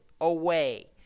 away